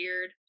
weird